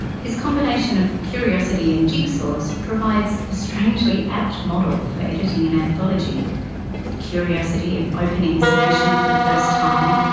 his combination of curiosity and jigsaws provides a strangely apt model for editing an anthology the curiosity of opening a submission for the first time,